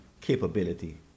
capability